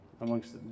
amongst